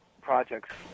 projects